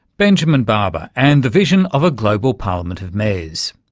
benjamin barber and the vision of a global parliament of mayors.